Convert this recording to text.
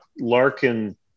Larkin